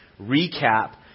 recap